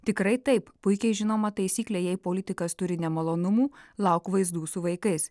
tikrai taip puikiai žinomą taisyklė jei politikas turi nemalonumų lauk vaizdų su vaikais